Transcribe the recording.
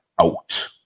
out